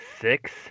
six